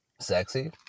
sexy